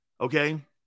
Okay